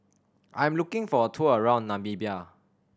I am looking for a tour around Namibia